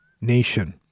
nation